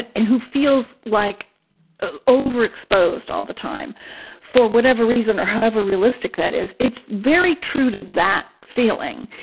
and who feels like overexposed all the time for whatever reason or however realistic that is? it's very true to that feeling,